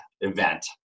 event